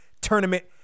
Tournament